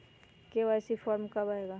KYC form कब आए गा?